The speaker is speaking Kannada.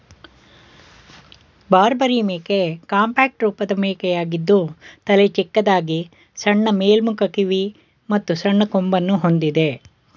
ಬಾರ್ಬರಿ ಮೇಕೆ ಕಾಂಪ್ಯಾಕ್ಟ್ ರೂಪದ ಮೇಕೆಯಾಗಿದ್ದು ತಲೆ ಚಿಕ್ಕದಾಗಿ ಸಣ್ಣ ಮೇಲ್ಮುಖ ಕಿವಿ ಮತ್ತು ಸಣ್ಣ ಕೊಂಬನ್ನು ಹೊಂದಿದೆ